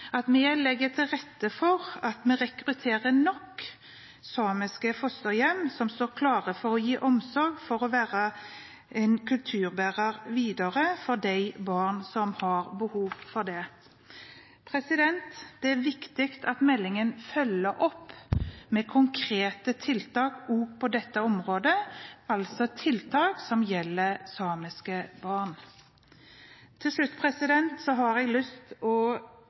at vi legger til rette for at vi rekrutterer nok samiske fosterhjem som står klare for å gi omsorg, for å være en kulturbærer videre for de barna som har behov for det. Det er viktig at meldingen følger opp med konkrete tiltak også på dette området, altså tiltak som gjelder samiske barn. Til slutt har jeg lyst til å